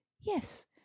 yes